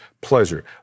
pleasure